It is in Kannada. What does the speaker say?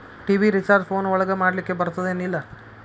ಟಿ.ವಿ ರಿಚಾರ್ಜ್ ಫೋನ್ ಒಳಗ ಮಾಡ್ಲಿಕ್ ಬರ್ತಾದ ಏನ್ ಇಲ್ಲ?